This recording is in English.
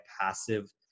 passive